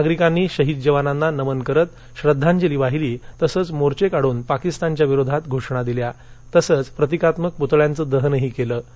नागरिकांनी शहीद जवानांना नमन करत श्रद्वांजली वाहिली तसच मोर्घे काढून पाकिस्तानच्या विरोधात घोषणा दिल्या तसच प्रतीकात्मक पुतळ्यांच दहनही कलि